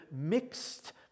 mixed